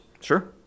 sure